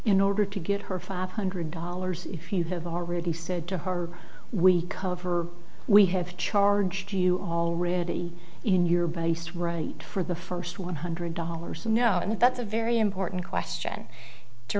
in order to get her five hundred dollars if you have already said to her we cover we have charged you already in your base right for the first one hundred dollars you know and that's a very important question to